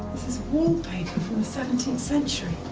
wallpaper from the seventeenth century.